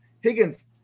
Higgins